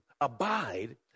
abide